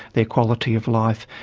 their quality of life,